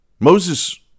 Moses